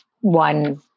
one